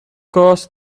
course